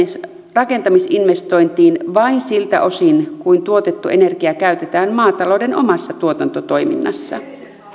rakentamisinvestointiin vain siltä osin kuin tuotettu energia käytetään maatalouden omassa tuotantotoiminnassa